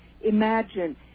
Imagine